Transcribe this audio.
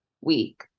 week